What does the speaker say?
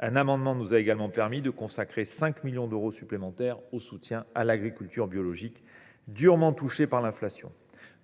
Un amendement nous a aussi permis de consacrer 5 millions d’euros supplémentaires au soutien à l’agriculture biologique, durement touchée par l’inflation.